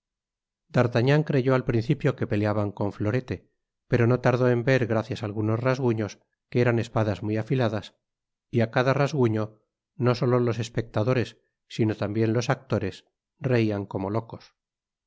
d'artagnan creyó al principio que peleaban con florete pero no tardó en ver gracias á algunos rasguños que eran espadas muy afiladas y á cada rasguío no solo los espectadores sino tambien los actores reian como locos